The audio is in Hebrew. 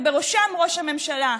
ובראשם ראש הממשלה.